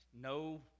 no